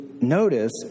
notice